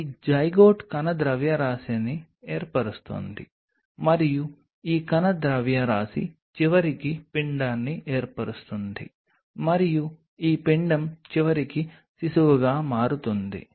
ఈ జైగోట్ కణ ద్రవ్యరాశిని ఏర్పరుస్తుంది మరియు ఈ కణ ద్రవ్యరాశి చివరికి పిండాన్ని ఏర్పరుస్తుంది మరియు ఈ పిండం చివరికి శిశువుగా మారుతుంది